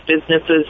businesses